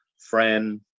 friend